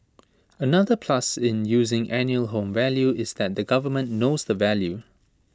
another plus in using annual home value is that the government knows the value